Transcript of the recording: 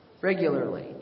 Regularly